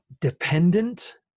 dependent